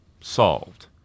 solved